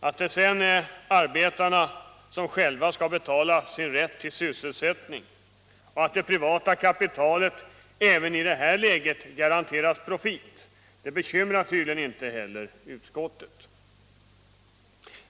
Att det sedan är arbetarna som själva skall betala sin rätt till sysselsättning och att det privata kapitalet även i detta läge garanteras profit bekymrar tydligen inte heller utskottet.